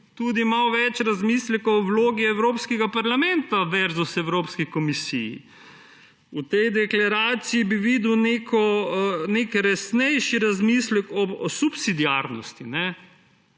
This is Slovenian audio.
tudi malo več razmisleka o vlogi Evropskega parlamenta versus Evropski komisiji. V tej deklaraciji bi rad videl nek resnejši razmislek o subsidiarnosti,